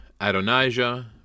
Adonijah